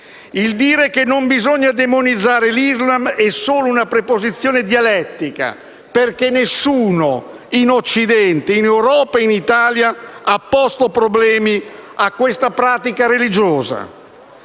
Dire che non bisogna demonizzare l'Islam è solo una preposizione dialettica perché nessuno, in Occidente, in Europa e in Italia, ha posto problemi a questa pratica religiosa.